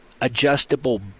adjustable